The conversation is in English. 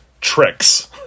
tricks